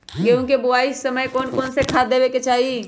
गेंहू के बोआई के समय कौन कौन से खाद देवे के चाही?